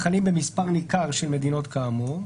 "החלים במספר ניכר של מדינות כאמור".